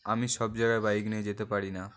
আমি সব জায়গায় বাইক নিয়ে যেতে পারি না